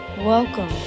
Welcome